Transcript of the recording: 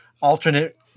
alternate